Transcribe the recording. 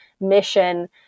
mission